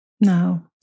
No